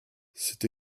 c’est